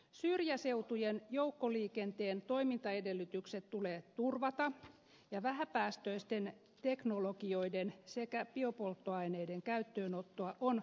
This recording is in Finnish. syrjäseutujen joukkoliikenteen toimintaedellytykset tulee turvata ja vähäpäästöisten teknologioiden sekä biopolttoaineiden käyttöönottoa on tuettava